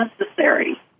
necessary